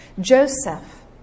Joseph